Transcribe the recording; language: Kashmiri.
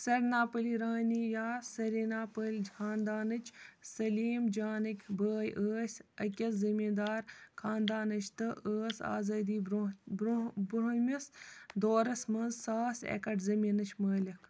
سرناپلی رانی یا سریٖناپٔلج خاندانٕچ سلیٖم جانٕکۍ بٲے ٲسۍ أکِس زٔمیٖندار خاندانٕچ تہٕ ٲس آزٲدی برٛونٛہمِس دورَس منٛز ساس ایکَڈ زٔمیٖنٕچ مٲلِک